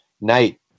night